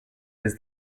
his